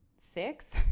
six